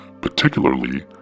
particularly